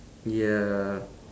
ya